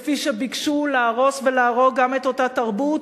כפי שביקשו להרוס ולהרוג גם את אותה תרבות,